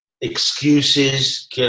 excuses